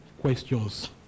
questions